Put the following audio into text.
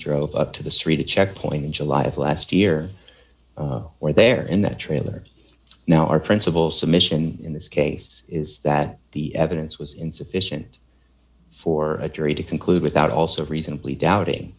drove up to the street a checkpoint in july of last year or there in that trailer now our principal submission in this case is that the evidence was insufficient for a jury to conclude without also reasonably doubting